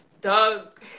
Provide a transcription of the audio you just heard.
doug